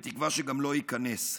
בתקווה שגם לא ייכנס.